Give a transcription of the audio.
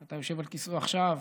שאתה יושב על כסאו עכשיו,